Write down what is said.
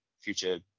future